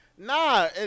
Nah